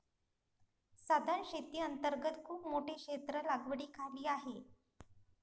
सधन शेती अंतर्गत खूप मोठे क्षेत्र लागवडीखाली आहे